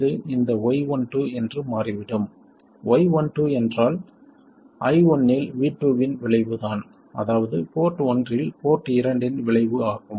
இது இந்த y12 என்று மாறிவிடும் y12 என்றால் i1 இல் v2 இன் விளைவுதான் அதாவது போர்ட் ஒன்றில் போர்ட் இரண்டின் விளைவு ஆகும்